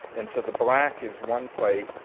and so the black is one plate,